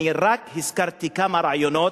אני רק הזכרתי כמה רעיונות,